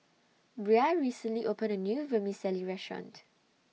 Bria recently opened A New Vermicelli Restaurant